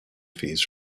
fees